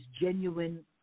genuine